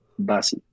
Basi